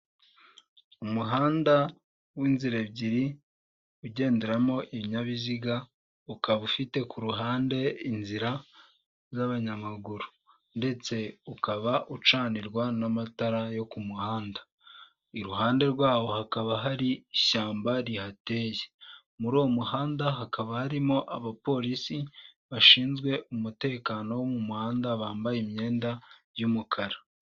Umuhanda w'inzira ebyiri ugenderamo ibinyabiziga, ukaba ufite ku ruhande inzira z'abanyamaguru ndetse ukaba ucanirwa n'amatara yo ku muhanda, iruhande rwawo hakaba hari ishyamba rihateye, muri uwo muhanda hakaba harimo abapolisi bashinzwe umutekano wo mu muhanda bambaye imyenda y'umukara.